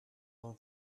one